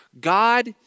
God